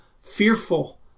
fearful